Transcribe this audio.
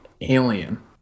alien